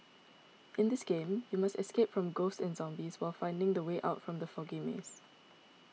in this game you must escape from ghosts and zombies while finding the way out from the foggy maze